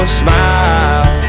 smile